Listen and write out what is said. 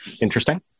Interesting